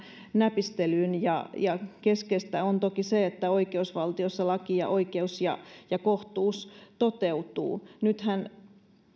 näpistelyyn keskeistä on toki se että oikeusvaltiossa laki ja oikeus ja ja kohtuus toteutuvat nythän